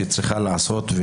שצריכה לעשות,